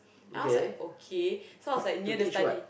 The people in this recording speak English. then I was like okay so I was like near the study